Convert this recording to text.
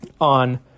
on